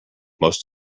most